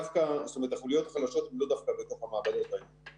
החוליות החלשות הן לאו דווקא בתוך המעבדות היום.